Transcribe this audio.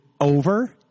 over